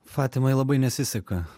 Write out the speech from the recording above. fatimai labai nesiseka